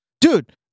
Dude